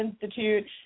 Institute